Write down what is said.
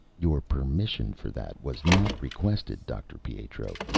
your permission for that was not requested, dr. pietro!